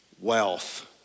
wealth